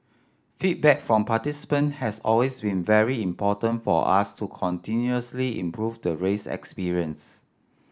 feedback from participant has always been very important for us to continuously improve the race experience